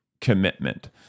commitment